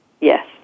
Yes